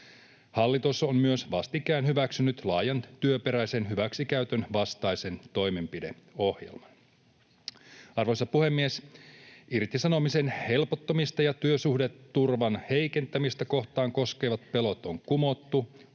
Hallitus on myös vastikään hyväksynyt laajan työperäisen hyväksikäytön vastaisen toimenpideohjelman. Arvoisa puhemies! Irtisanomisen helpottamista ja työsuhdeturvan heikentämistä koskevat pelot on kumottu